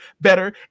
better